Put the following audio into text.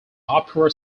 opera